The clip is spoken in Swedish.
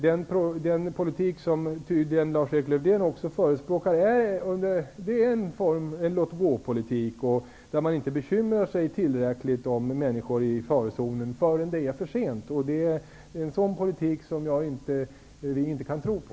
Den politik som tydligen även Lars-Erik Lövdén förespråkar är en form av låt-gå-politik, där man inte tillräckligt bekymrar sig om människor i farozonen, förrän det är för sent. En sådan politik kan jag inte tro på.